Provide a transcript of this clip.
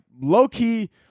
low-key